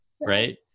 right